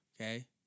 Okay